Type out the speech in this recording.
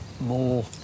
more